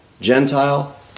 Gentile